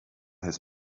his